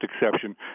exception